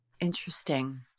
Interesting